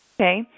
Okay